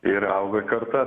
ir auga karta